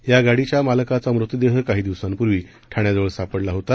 या गाडीच्या मालकाचा मृतदेह काही दिवसांपूर्वी ठाण्याजवळ सापडला होता